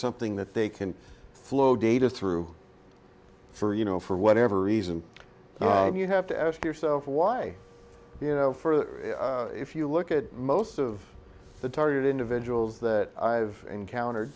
something that they can flow data through for you know for whatever reason and you have to ask yourself why you know further if you look at most of the targeted individuals that i've encountered